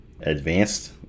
advanced